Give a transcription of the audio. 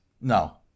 No